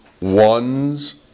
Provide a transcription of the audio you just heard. ones